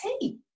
tea